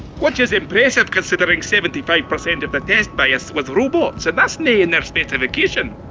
which is impressive considering seventy five percent of the test-bias was robots, and that's nae in their specification!